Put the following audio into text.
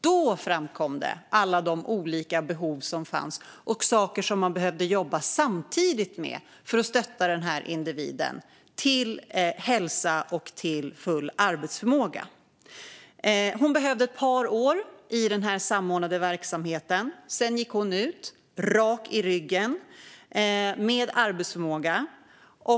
Då framkom alla de olika behov som fanns och saker som man behövde jobba samtidigt med för att stötta denna individ till hälsa och till full arbetsförmåga. Hon behövde ett par år i den samordnade verksamheten. Sedan gick hon ut, rak i ryggen och med arbetsförmåga.